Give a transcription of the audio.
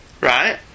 right